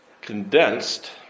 condensed